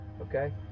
okay